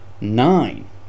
Nine